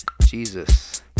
Jesus